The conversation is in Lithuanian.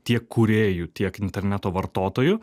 tiek kūrėjų tiek interneto vartotojų